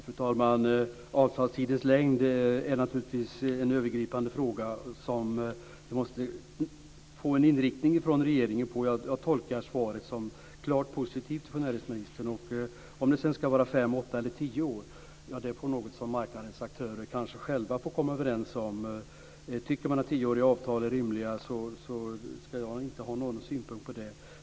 Fru talman! Avtalstidens längd är naturligtvis en övergripande fråga där vi måste få en inriktning från regeringen. Jag tolkar svaret från näringsministern som klart positivt. Om det sedan ska vara fem, åtta eller tio år får marknadens aktörer själva komma överens om. Tycker man att tioåriga avtal är rimliga ska jag inte ha någon synpunkt på det.